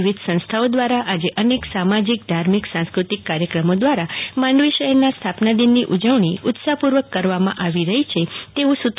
વિવિધ સંસ્થાઓ દ્વારા આજે અનેક સામાજિક ધાર્મિક સંસ્કૃતિક કાર્થક્રમો દ્વારા માંડવી શહેરના સ્થાપના દિનની ઉજવણી ઉત્સાહ પૂર્વક કરવામાં આવી રહી છે તેવું સુત્રો દ્વારા જણાવ્યું છે